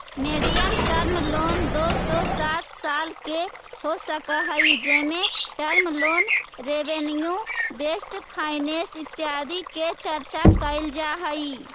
medium term loan दो से सात साल के हो सकऽ हई जेमें term loan revenue based finance इत्यादि के चर्चा कैल जा हई